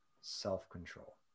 self-control